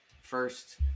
first